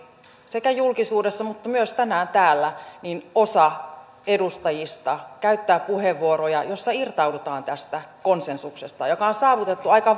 sekä julkisuudessa että myös tänään täällä osa edustajista käyttää puheenvuoroja joissa irtaudutaan tästä konsensuksesta joka on saavutettu aika